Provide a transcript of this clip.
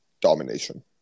domination